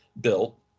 built